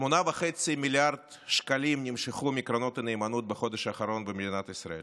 8.5 מיליארד שקלים נמשכו מקרנות הנאמנות בחודש האחרון במדינת ישראל.